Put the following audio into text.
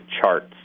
charts